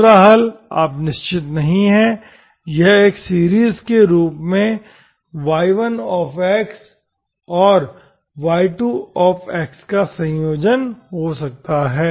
दूसरा हल आप निश्चित नहीं हैं यह एक सीरीज के रूप में y1x और y2 का संयोजन हो सकता है